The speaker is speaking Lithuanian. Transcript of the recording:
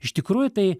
iš tikrųjų tai